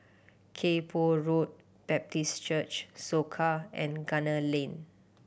Kay Poh Road Baptist Church Soka and Gunner Lane